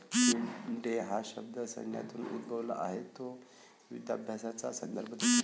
field day हा शब्द सैन्यातून उद्भवला आहे तो युधाभ्यासाचा संदर्भ देतो